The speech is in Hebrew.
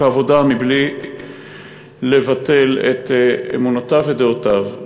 העבודה מבלי לבטל את אמונותיו ודעותיו.